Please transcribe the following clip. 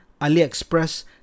AliExpress